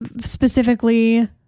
specifically